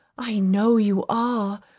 i know you are,